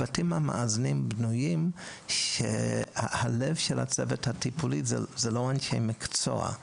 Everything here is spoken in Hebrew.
הבתים המאזנים בנויים כך שהלב של הצוות הטיפולי הוא לא אנשי מקצוע,